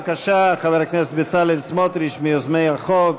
בבקשה, חבר הכנסת בצלאל סמוטריץ, מיוזמי החוק,